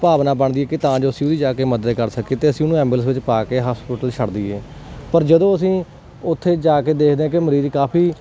ਭਾਵਨਾ ਬਣਦੀ ਕਿ ਤਾਂ ਜੋ ਅਸੀਂ ਉਹਦੀ ਜਾ ਕੇ ਮਦਦ ਕਰ ਸਕੀਏ ਅਤੇ ਅਸੀਂ ਉਹਨੂੰ ਐਬੂਲੈਂਸ ਵਿੱਚ ਪਾ ਕੇ ਹੋਸਪਿਟਲ ਛੱਡ ਦਈਏ ਪਰ ਜਦੋਂ ਅਸੀਂ ਉੱਥੇ ਜਾ ਕੇ ਦੇਖਦੇ ਹਾਂ ਕਿ ਮਰੀਜ਼ ਕਾਫੀ